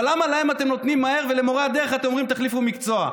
אבל למה להם אתם נותנים מהר ולמורי הדרך אתם אומרים: תחליפו מקצוע?